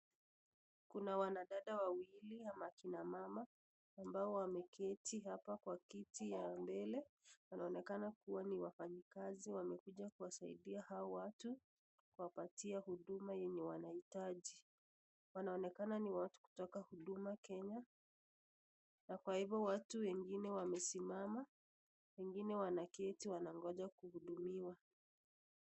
Kuna wanadada wawili ama kina mama ambao wameketi hapa kwa kiti ya mbele. Wanaonekana kuwa ni wafanyikazi wamekuja kuwasaidia hawa watu kuwapatia huduma yenye wanahitaji. Wanaonekana ni wa kutoka huduma Kenya na kwa hivyo watu wengine wamesimama, wengine wanaketi wanangoja kuhudumiwa.